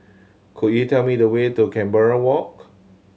could you tell me the way to Canberra Walk